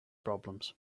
problems